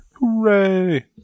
Hooray